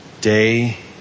day